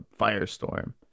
firestorm